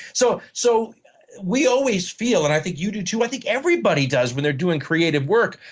so so we always, feel, and i think you do, too i think everybody does when they're doing creative work,